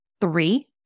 three